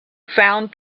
found